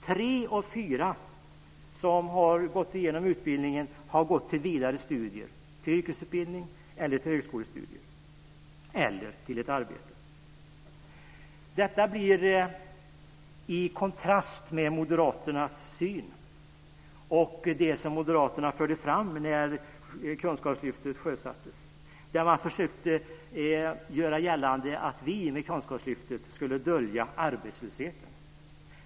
Tre av fyra som har gått igenom utbildningen har gått till vidare studier, till yrkesutbildning eller till högskolestudier, eller till ett arbete. Detta står i kontrast till moderaternas syn och det som moderaterna förde fram när Kunskapslyftet sjösattes, då man försökte göra gällande att vi med Kunskapslyftet skulle dölja arbetslösheten.